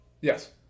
Yes